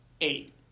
eight